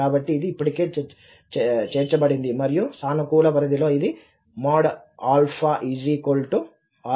కాబట్టి ఇది ఇప్పటికే చేర్చబడింది మరియు సానుకూల పరిధిలో ఇది || గా ఉంటుంది